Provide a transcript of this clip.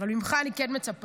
אבל ממך אני כן מצפה